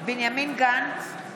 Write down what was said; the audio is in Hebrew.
בנימין גנץ,